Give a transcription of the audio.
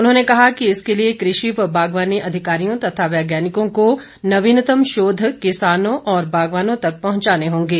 उन्होंने कहा कि इसके लिए कृषि व बागवानी अधिकारियों तथा वैज्ञानिकों को नवीनतम शोध किसानों और बागवानों तक पहुंचाने होंगे